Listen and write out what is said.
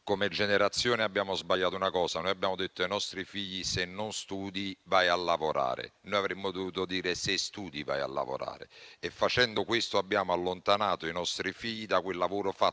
Come generazione abbiamo sbagliato una cosa. Noi abbiamo detto ai nostri figli "se non studi, vai a lavorare": avremmo dovuto dire "se studi, vai a lavorare". Facendo questo, abbiamo allontanato i nostri figli da quel lavoro fatto